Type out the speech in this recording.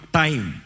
time